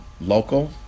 local